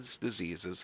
diseases